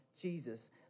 jesus